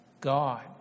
God